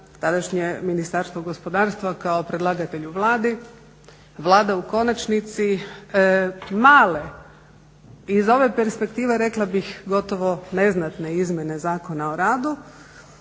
tadašnje Ministarstvo gospodarstva kao predlagatelj u Vladi, Vlada u konačnici male iz ove perspektive rekla bih gotovo neznatne izmjene Zakona o radu.